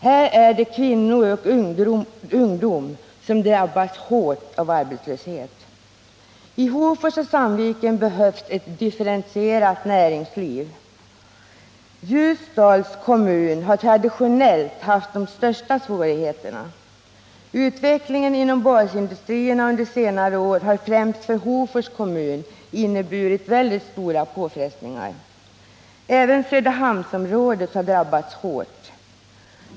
Här är det kvinnor och ungdomar som drabbas hårt av arbetslöshet. I Hofors och Sandviken behövs ett differentierat näringsliv. Ljusdals kommun har traditionellt haft de största svårigheterna. Utvecklingen inom basindustrierna under senare år har främst för Hofors kommun inneburit mycket stora påfrestningar. Även Söderhamnsområdet har drabbats hårt.